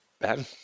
ben